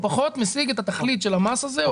הוא פחות משיג את התכלית של המס הזה.